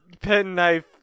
penknife